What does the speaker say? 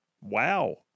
wow